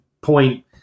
point